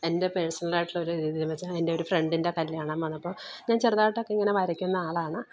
എൻ്റെ പേഴ്സണലായിട്ടുള്ള ഒരു രീതിയെന്നു വെച്ചാൽ എൻ്റെ ഒരു ഫ്രണ്ടിൻ്റെ കല്യാണം വന്നപ്പോൾ ഞാൻ ചെറുതായിട്ടൊക്കെ ഇങ്ങനെ വരയ്ക്കുന്ന ആളാണ്